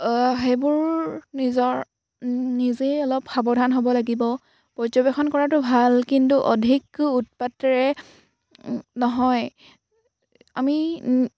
সেইবোৰ নিজৰ নিজেই অলপ সাৱধান হ'ব লাগিব পৰ্যবেক্ষণ কৰাটো ভাল কিন্তু অধিক উৎপাতৰে নহয় আমি